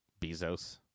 Bezos